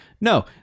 No